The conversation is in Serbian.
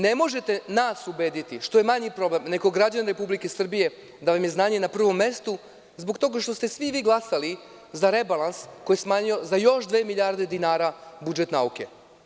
Ne možete nas ubediti, što je manji problem, nego građane Republike Srbije da vam je znanje na prvom mestu, zbog toga što ste svi vi glasali za rebalans koji je smanjio za još dve milijarde dinara budžet nauke.